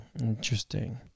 interesting